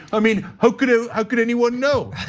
i mean, how could ah how could anyone know?